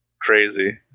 Crazy